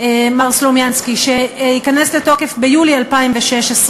מר סלומינסקי, שייכנס לתוקף ביולי 2016,